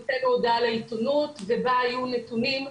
הוצאנו הודעה לעיתונות ובה היו נתונים,